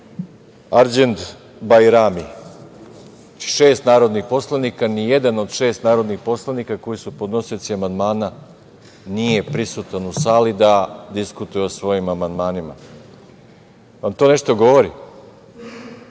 Arđen Bajrami, šest narodnih poslanika, nijedna od šest narodnih poslanika koji su podnosioci amandmana nije prisutan u sali da diskutuje o svojim amandmanima. Da li vam to nešto govori?